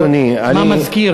מה זה מזכיר.